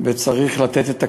וצריך לתת את הכלים,